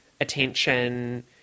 attention